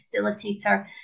facilitator